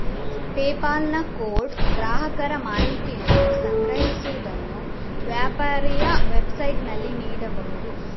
PayPal ನ code ಗ್ರಾಹಕರ ಮಾಹಿತಿಯನ್ನು ಸಂಗ್ರಹಿಸುವುದನ್ನು ವ್ಯಾಪಾರಿಯ ವೆಬ್ಸೈಟಿನಲ್ಲಿ ನೀಡಬಹುದು